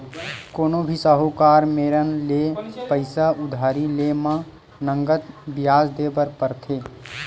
कोनो भी साहूकार मेरन ले पइसा उधारी लेय म नँगत बियाज देय बर परथे